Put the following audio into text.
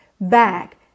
back